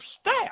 staff